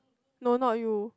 no not you